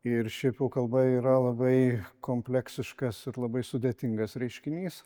ir šiaip jau kalba yra labai kompleksiškas ir labai sudėtingas reiškinys